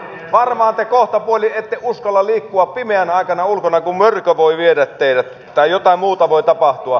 varmaan te kohtapuoliin ette uskalla liikkua pimeän aikana ulkona kun mörkö voi viedä teidät tai jotain muuta voi tapahtua